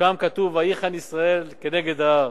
שם כתוב: ויחן ישראל כנגד ההר.